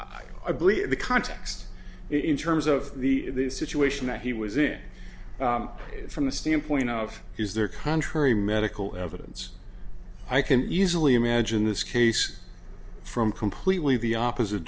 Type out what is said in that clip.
i believe the context in terms of the situation that he was in from the standpoint of is there contrary medical evidence i can easily imagine this case from completely the opposite